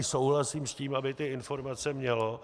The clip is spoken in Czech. Souhlasím i s tím, aby ty informace mělo.